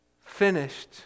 finished